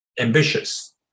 ambitious